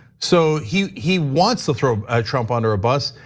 so he he wants to throw trump under a bus.